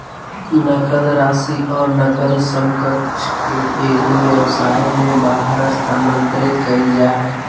नकद राशि और नकद समकक्ष के एगो व्यवसाय में बाहर स्थानांतरित कइल जा हइ